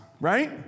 right